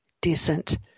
decent